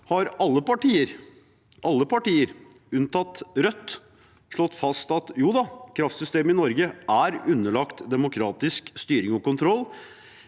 har alle partier unntatt Rødt slått fast at kraftsystemet i Norge er underlagt demokratisk styring og kontroll